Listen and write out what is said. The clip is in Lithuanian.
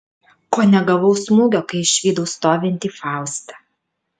ko negavau smūgio kai išvydau stovintį faustą